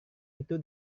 itu